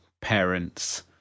parents